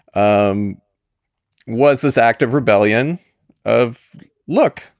um was this act of rebellion of look,